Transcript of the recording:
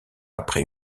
après